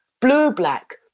blue-black